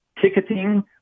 ticketing